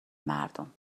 مردم